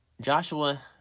Joshua